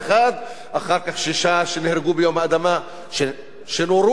אחר כך שישה שנהרגו ביום האדמה,